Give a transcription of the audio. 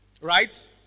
right